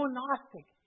Gnostic